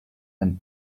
and